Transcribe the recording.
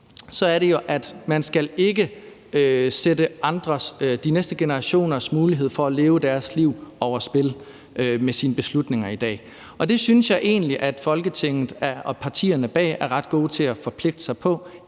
sådan, at man ikke skal sætte de næste generationers mulighed for at leve deres liv på spil med sine beslutninger i dag. Det synes jeg egentlig Folketinget og partierne bag er ret gode til at forpligte sig på